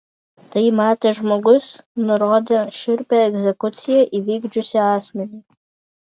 tai matęs žmogus nurodė šiurpią egzekuciją įvykdžiusį asmenį